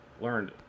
learned